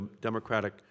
democratic